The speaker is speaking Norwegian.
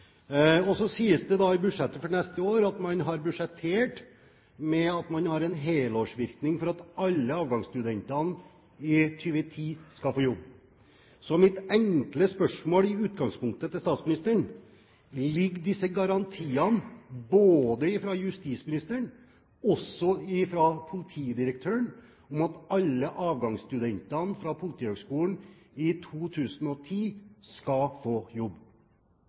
Så sies det i budsjettet for neste år at man har budsjettert med en helårsvirkning for at alle avgangsstudentene i 2010 skal få jobb. Så mitt enkle spørsmål – i utgangspunktet – til statsministeren er: Gjelder disse garantiene både fra justisministeren, og også fra politidirektøren, om at alle avgangsstudentene fra Politihøgskolen i 2010 skal få jobb?